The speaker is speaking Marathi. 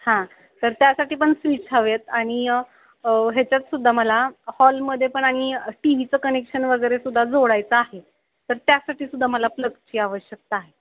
हां तर त्यासाठी पन स्विच हवे आहेत आणि ह्याच्यातसुद्दा मला हॉलमध्ये पण आणि टीव्हीचं कनेक्शन वगैरेसुद्धा जोडायचं आहे तर त्यासाठी सुद्धा मला प्लगची आवश्यकता आहे